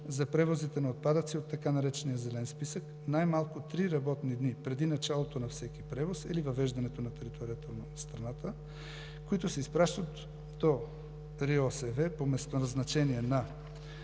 за превозите на отпадъци от така наречения Зелен списък – най-малко три работни дни преди началото на всеки превоз или въвеждането на територията на страната, които се изпращат до РИОСВ по местоназначение на